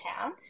town